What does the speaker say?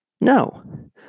No